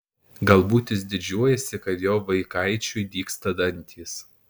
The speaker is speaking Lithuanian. galbūt jis didžiuojasi kad jo vaikaičiui dygsta dantys